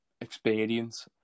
experience